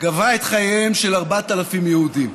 גבה את חייהם של 4,000 יהודים.